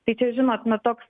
tai čia žinot na toks